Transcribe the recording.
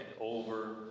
over